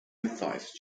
mathias